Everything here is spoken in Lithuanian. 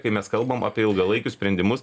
kai mes kalbam apie ilgalaikius sprendimus